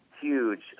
huge